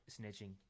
snitching